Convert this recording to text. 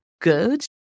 good